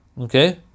Okay